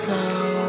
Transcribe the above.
now